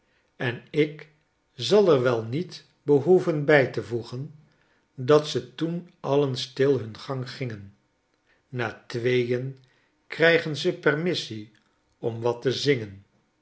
en ik zal er wel niet behoeven bij te voegen dat ze toen alien stil hun gang gingen na tweeen krijgen ze permissie om wat te zingen